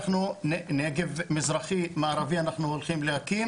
נגב מזרחי ומערבי אנחנו הולכים להקים